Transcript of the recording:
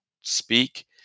speak